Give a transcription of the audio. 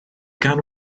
gan